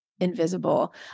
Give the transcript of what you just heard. invisible